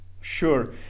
Sure